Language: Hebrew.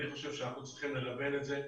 אני חושב שאנחנו צריכים לדלל את זה.